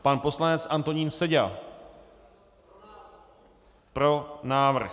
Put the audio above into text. Pan poslanec Antonín Seďa: Pro návrh.